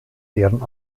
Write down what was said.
deren